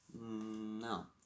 No